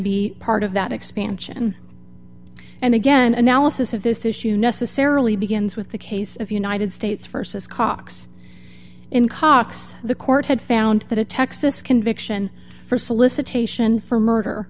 be part of that expansion and again analysis of this issue necessarily begins with the case of united states versus cox in cox the court had found that a texas conviction for solicitation for murder